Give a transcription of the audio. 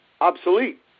obsolete